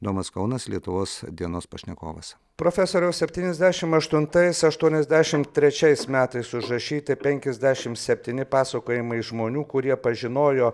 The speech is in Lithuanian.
domas kaunas lietuvos dienos pašnekovas profesoriaus septyniasdešimt aštuntais aštuoniasdešimt trečiais metais užrašyti penkiasdešimt septyni pasakojimai žmonių kurie pažinojo